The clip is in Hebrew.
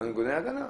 במקום להיות רגועה,